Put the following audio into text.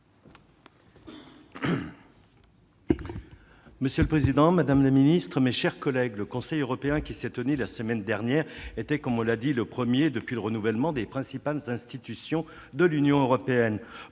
Monsieur le président, madame la secrétaire d'État, mes chers collègues, le Conseil européen qui s'est tenu la semaine dernière était le premier depuis le renouvellement des principales institutions de l'Union européenne.